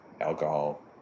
alcohol